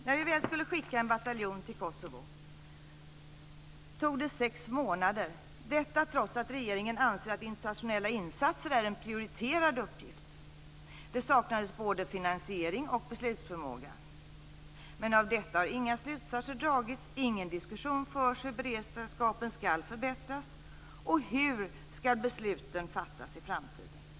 När vi väl bestämde oss för att skicka en bataljon till Kosovo tog det sex månader, detta trots att regeringen anser att internationella insatser är en prioriterad uppgift. Det saknades både finansiering och beslutsförmåga. Men av detta har inga slutsatser dragits. Ingen diskussion förs om hur beredskapen ska förbättras och om hur besluten ska fattas i framtiden.